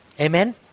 Amen